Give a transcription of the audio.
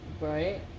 Right